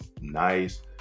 nice